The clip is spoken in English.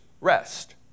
rest